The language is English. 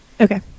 Okay